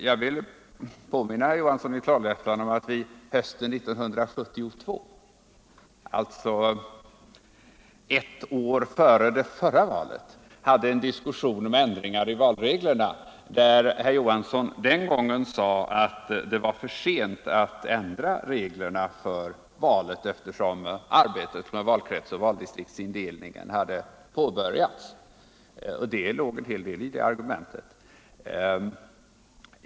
Jag vill påminna herr Johansson i Trollhättan om att vi hösten 1972, alltså ett år före det förra valet, förde en diskussion om ändringar i valreglerna, och den gången sade herr Johansson att det var för sent att ändra de reglerna eftersom arbetet med valkretsoch valdistriktsindelningen hade påbörjats. Det låg en hel del i det argumentet.